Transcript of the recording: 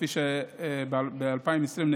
ב-2020,